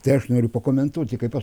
tai aš noriu pakomentuoti kaip aš